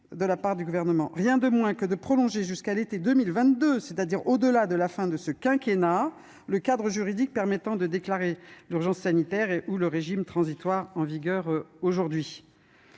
Que propose le Gouvernement ? Rien de moins que de prolonger jusqu'à l'été 2022, c'est-à-dire au-delà de la fin du quinquennat, le cadre juridique permettant de déclarer l'urgence sanitaire ou le régime transitoire aujourd'hui